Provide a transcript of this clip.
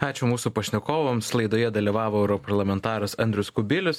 ačiū mūsų pašnekovams laidoje dalyvavo europarlamentaras andrius kubilius